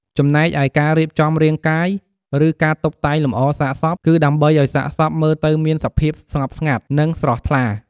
ចំណែកឯការរៀបចំរាងកាយ ឬការតុបតែងលម្អសាកសព គឺដើម្បីឱ្យសាកសពមើលទៅមានសភាពស្ងប់ស្ងាត់ និងស្រស់ថ្លា។